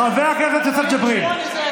חבר הכנסת יוסף ג'בארין,